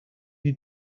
die